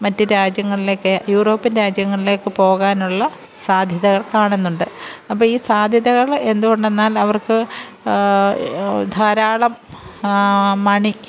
മറ്റ് രാജ്യങ്ങളിലേക്ക് യൂറോപ്യന് രാജ്യങ്ങളിലേക്ക് പോകാനുള്ള സാധ്യതകള് കാണുന്നുണ്ട് അപ്പ ഈ സാധ്യതകൾ എന്തുകൊണ്ടെന്നാല് അവര്ക്ക് ധാരാളം മണി